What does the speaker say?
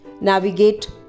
navigate